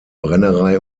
brennerei